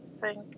Thank